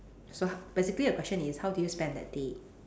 so basically the question is how do you spend that day